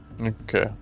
Okay